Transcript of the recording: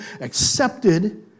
accepted